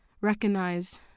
recognize